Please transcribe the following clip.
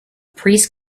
priest